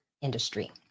industry